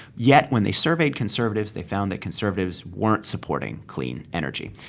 yet when they surveyed conservatives, they found that conservatives weren't supporting clean energy.